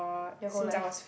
your whole life